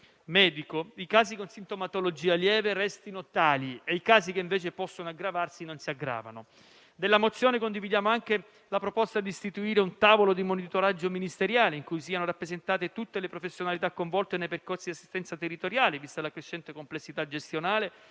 medico, i casi con sintomatologia lieve restino tali e i casi che invece possono aggravarsi non si aggravino. Della mozione condividiamo anche la proposta di istituire un tavolo di monitoraggio ministeriale, in cui siano rappresentate tutte le professionalità coinvolte nei percorsi assistenza territoriale, vista la crescente complessità gestionale